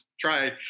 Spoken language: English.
try